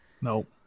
Nope